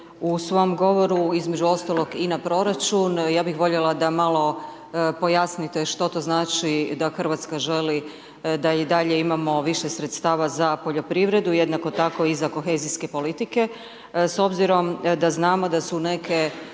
u svom govoru između ostalog i na proračun, ja bih voljela da malo pojasnite što to znači da Hrvatska želi da i dalje imamo više sredstava za poljoprivredu, jednako tako i za kohezijske politike, s obzirom da znamo da su neke